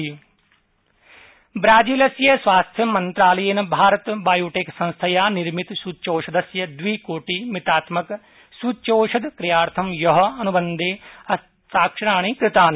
ब्राजीलमकोवैक्सीन् ब्राजीलस्य स्वास्थ्यमन्त्रालयेन भारत बायोटेक् संस्थया निर्मित सूच्यौषधस्य द्विकोटिमितात्मक सूच्यौषध क्रयार्थं ह्य अनुबन्धे हस्ताक्षराणि कृतानि